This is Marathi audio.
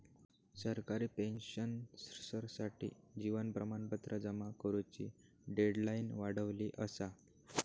सरकारी पेंशनर्ससाठी जीवन प्रमाणपत्र जमा करुची डेडलाईन वाढवली असा